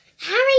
Harry